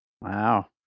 Wow